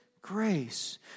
grace